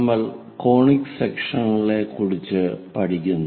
നമ്മൾ കോണിക് സെക്ഷൻസുകളെക്കുറിച്ച് പഠിക്കുന്നു